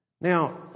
Now